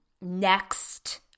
next